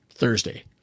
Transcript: Thursday